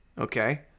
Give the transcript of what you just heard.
okay